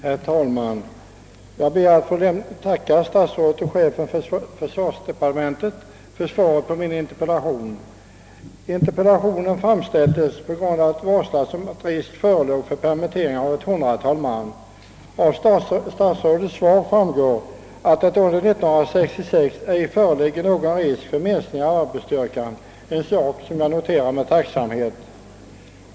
Herr talman! Jag ber att få tacka statsrådet och chefen för försvarsdepartementet för svaret på min interpellation. Interpellationen = framställdes på grund av att det varslats om att risk förelåg för permitteringar av ett hundratal man. Av statsrådets svar framgår att det under 1966 ej föreligger någon risk för minskning av arbetsstyrkan, något som jag noterar med tacksamhet.